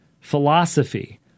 philosophy